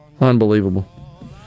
Unbelievable